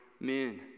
men